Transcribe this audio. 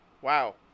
wow